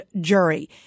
jury